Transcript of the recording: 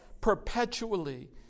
perpetually